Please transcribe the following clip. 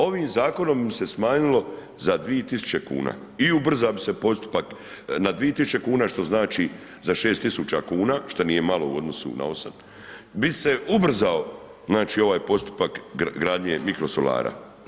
Ovim zakonom bi se smanjilo za 2000 kuna i ubrzao bi se postupak na 2000 kuna što znači za 6000 kuna, šta nije malo u odnosu na 8, bi se ubrzao znači ovaj postupak gradnje mikrosolara.